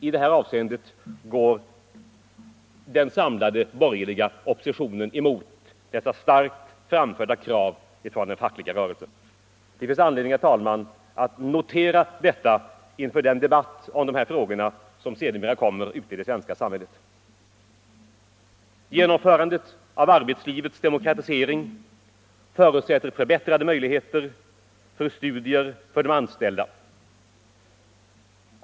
I det avseendet går den samlade borgerliga oppositionen emot dessa krav som med stor kraft framförts från den fackliga rörelsen. Det finns anledning, herr talman, att notera detta inför den debatt om dessa frågor som sedermera kommer att föras ute i det svenska samhället. Genomförandet av arbetslivets demokratisering förutsätter förbättrade möjligheter till studier för de anställda.